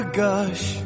gush